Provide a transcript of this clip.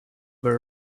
were